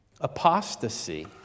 Apostasy